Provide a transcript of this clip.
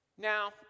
Now